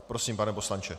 Prosím, pane poslanče.